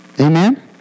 Amen